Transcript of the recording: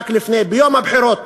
רק בליל הבחירות